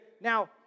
Now